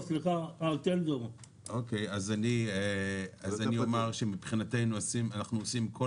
אז אני אומר שמבחינתנו אנחנו עושים כל